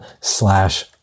slash